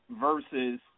Versus